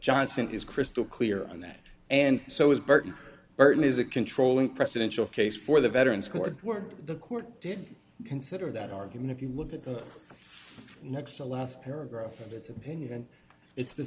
johnson is crystal clear on that and so is burton burton is a controlling presidential case for the veterans court where the court did consider that argument if you look at the next to last paragraph of its opinion it's